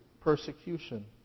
persecution